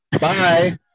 Bye